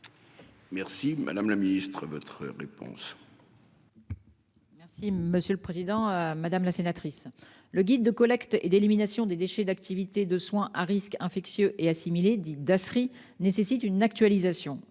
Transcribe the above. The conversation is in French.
Merci madame la ministre, votre réponse. Merci monsieur le président, madame la sénatrice. Le guide de collecte et d'élimination des déchets d'activités de soins à risques infectieux et assimilés 10 Dasri nécessite une actualisation